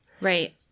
Right